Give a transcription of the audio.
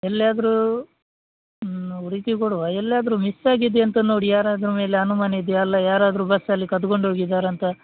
ಎಲ್ಲಿಯಾದ್ರೂ ಹುಡುಕಿ ಕೊಡುವ ಎಲ್ಲಿಯಾದ್ರೂ ಮಿಸ್ ಆಗಿದೆಯಾ ಅಂತ ನೋಡಿ ಯಾರಾದ್ರ ಮೇಲೆ ಅನುಮಾನ ಇದೆಯಾ ಅಲ್ಲ ಯಾರಾದರು ಬಸ್ಸಲ್ಲಿ ಕದ್ಕೊಂಡು ಹೋಗಿದ್ದಾರಾ ಅಂತ